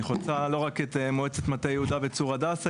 היא חוצה לא רק את מועצת מטה יהודה וצור הדסה,